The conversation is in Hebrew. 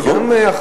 זו גם אחריות.